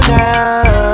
now